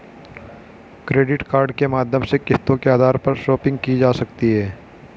credit card के माध्यम से किस्तों के आधार पर शापिंग की जा सकती है